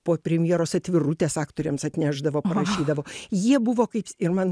po premjeros atvirutes aktoriams atnešdavo parašydavo jie buvo kaips ir man